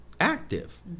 active